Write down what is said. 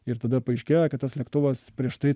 ir tada paaiškėjo kad tas lėktuvas prieš tai